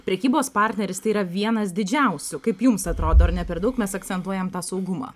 prekybos partneris tai yra vienas didžiausių kaip jums atrodo ar ne per daug mes akcentuojam tą saugumą